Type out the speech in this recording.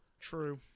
true